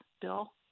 Bill